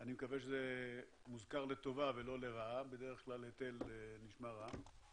אני מקווה שזה מוזכר לטובה ולא לרעה בדרך כלל "היטל" נשמע רע.